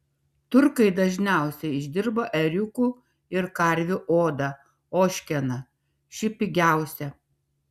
turkai dažniausiai išdirba ėriukų ir karvių odą ožkeną ši pigiausia